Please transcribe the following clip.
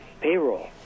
payroll